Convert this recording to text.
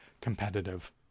competitive